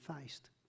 faced